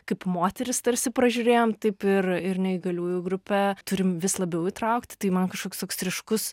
kaip moteris tarsi pražiūrėjom taip ir ir neįgaliųjų grupę turim vis labiau įtraukti tai man kažkoks toks ryškus